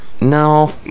no